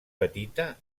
petita